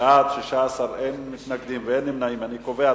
חוקה, חוק ומשפט.